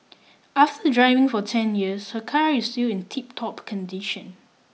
after driving for ten years her car is still in tiptop condition